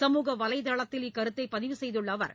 சமூக வலைதளத்தில் இக்கருத்தை பதிவு செய்துள்ள அவர்